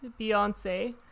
Beyonce